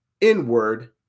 inward